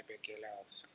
nebekeliausiu